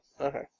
okay